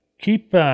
Keep